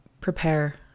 prepare